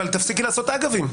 תפסיקי לעשות "אגבים",